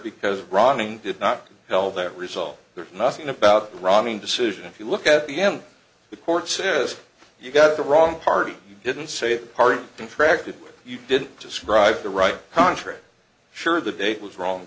because running did not tell that result there is nothing about running decision if you look at the end the court says you got the wrong party you didn't say the part of contract that you didn't describe the right contract sure the date was wrong